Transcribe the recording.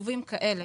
עיכובים כאלה,